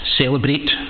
celebrate